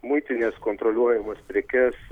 muitinės kontroliuojamas prekes